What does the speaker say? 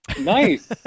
nice